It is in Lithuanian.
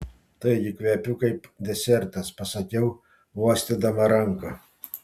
taigi kvepiu kaip desertas pasakiau uostydama ranką